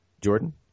Jordan